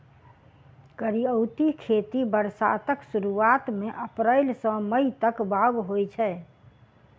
करियौती खेती बरसातक सुरुआत मे अप्रैल सँ मई तक बाउग होइ छै